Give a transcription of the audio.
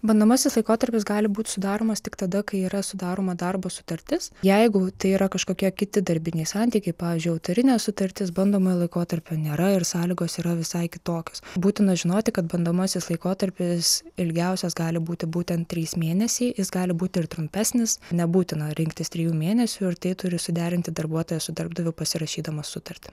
bandomasis laikotarpis gali būt sudaromas tik tada kai yra sudaroma darbo sutartis jeigu tai yra kažkokie kiti darbiniai santykiai pavyzdžiui autorinė sutartis bandomojo laikotarpio nėra ir sąlygos yra visai kitokios būtina žinoti kad bandomasis laikotarpis ilgiausias gali būti būtent trys mėnesiai jis gali būti ir trumpesnis nebūtina rinktis trijų mėnesių ir tai turi suderinti darbuotojas su darbdaviu pasirašydamas sutartį